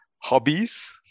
Hobbies